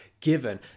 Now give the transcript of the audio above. given